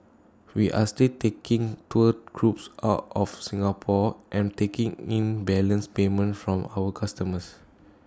we are still taking tour groups out of Singapore and taking in balance payments from our customers